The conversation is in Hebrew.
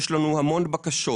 יש לנו המון בקשות,